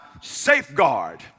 safeguard